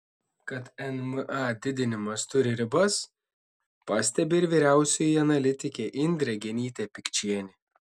kad mma didinimas turi ribas pastebi ir vyriausioji analitikė indrė genytė pikčienė